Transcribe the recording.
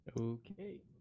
Okay